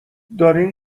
دارین